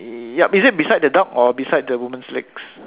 yup is it beside the dog or beside the woman's legs